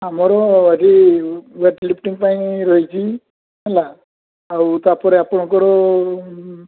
ଆମର ଆଜି ୱେଟଲିଫ୍ଟିଙ୍ଗ୍ ପାଇଁ ରହିଛି ହେଲା ଆଉ ତା'ପରେ ଆପଣଙ୍କର